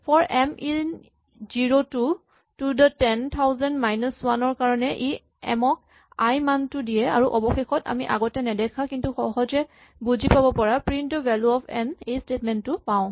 for M in zero to ten thousand minus one ৰ কাৰণে ই এম ক আই মানটো দিয়ে আৰু অৱশেষত আমি আগতে নেদেখা কিন্তু সহজে বুজি পাব পৰা "print the value of N" এই স্টেটমেন্ট টো পাওঁ